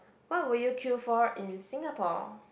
what would you queue for in Singapore